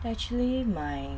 actually my